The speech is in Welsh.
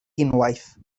unwaith